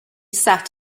sat